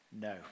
no